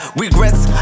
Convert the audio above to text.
regrets